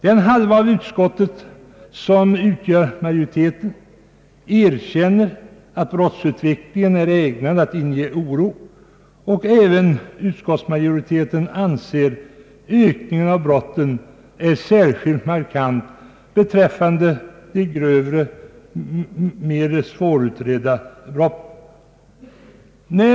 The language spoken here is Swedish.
Den halva av utskottet som utgör majoriteten erkänner att brottsutvecklingen är ägnad att inge oro, och även utskottsmajoriteten konstaterar att ökningen av brotten är särskilt markant beträffande de grövre och mera svårutredda brotten.